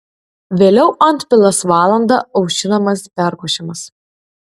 vėliau antpilas valandą aušinamas perkošiamas